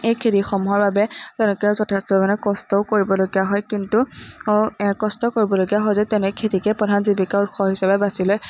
এই খেতিসমূহৰ বাবে তেওঁলোকে যথেষ্ট পৰিমাণে কষ্টও কৰিবলগীয়া হয় কিন্তু কষ্ট কৰিবলগীয়া হয় যদিও তেওঁলোকে খেতিকে প্ৰধান জীৱিকাৰ উৎস হিচাপে বাছি লয়